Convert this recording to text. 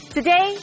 Today